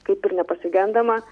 kaip ir nepasigendama